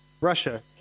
Russia